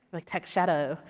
like tech shadow,